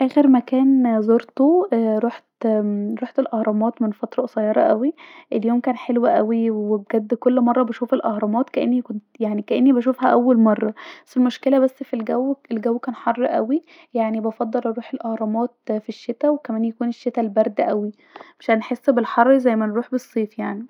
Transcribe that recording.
اخر مكان زورته ااا روحت الأهرامات من فتره قصيره اوي اليوم كان حلو اوي وبجد كل مره بشوف الاهرامات كأن يعني كأن بشوفها اول مره المشكله بس في الجو أنه كان حر اوي وبفضل اروح الاهرامات في الشتا وكمان يكون شتا البرد اوي مش هتحس بالحر زي ما هتروح في الصيف